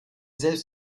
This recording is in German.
selbst